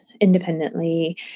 independently